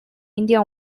indian